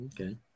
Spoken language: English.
Okay